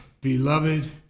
Beloved